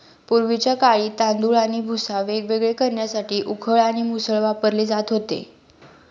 पूर्वीच्या काळी तांदूळ आणि भुसा वेगवेगळे करण्यासाठी उखळ आणि मुसळ वापरले जात होते